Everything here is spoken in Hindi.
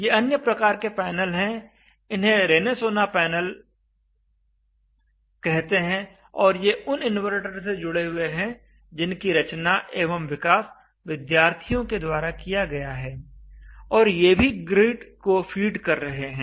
ये अन्य प्रकार के पैनल हैं इन्हें रेनेसोला पैनल कहते हैं और ये उन इनवर्टर से जुड़े हुए हैं जिनकी रचना एवं विकास विद्यार्थियों के द्वारा किया गया है और ये भी ग्रिड को फीड कर रहे हैं